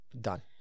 Done